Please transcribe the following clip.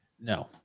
No